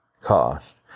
cost